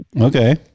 okay